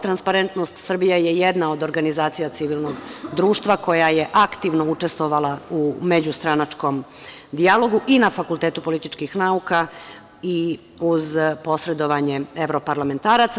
Transparentnost Srbija je jedana od organizacija civilnog društva koja je aktivno učestvovala u međustranačkom dijalogu i na FPN i uz posredovanje evroparlamentaraca.